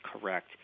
correct